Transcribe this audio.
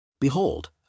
Behold